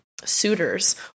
suitors